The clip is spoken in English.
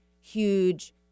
huge